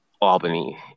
Albany